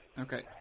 Okay